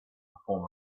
perform